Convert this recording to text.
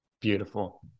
Beautiful